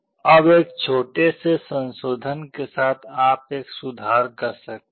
अब एक छोटे से संशोधन के साथ आप एक सुधार कर सकते हैं